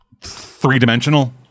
three-dimensional